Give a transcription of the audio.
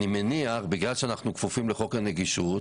בגלל אנחנו שכפופים לחוק הנגישות,